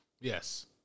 Yes